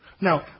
Now